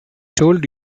told